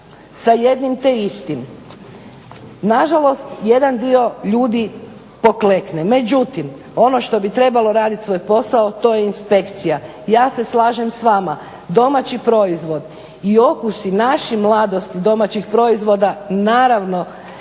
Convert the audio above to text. sa jednim te istim, na žalost jedan dio ljudi poklekne. Međutim, ono što bi trebalo raditi svoj posao to je inspekcija. Ja se slažem s vama. Domaći proizvod i okusi naše mladosti domaćih proizvoda naravno